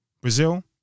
Brazil